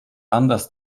anders